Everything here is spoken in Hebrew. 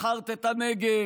מכרת את הנגב,